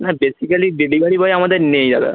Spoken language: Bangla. না বেসিক্যালি ডেলিভারি বয় আমাদের নেই দাদা